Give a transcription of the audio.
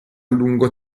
lungo